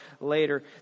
later